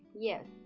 yes!